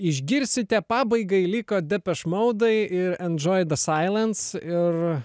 išgirsite pabaigai liko depeš moudai ir enjoy the silence ir